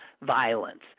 violence